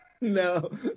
no